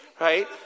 right